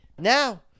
Now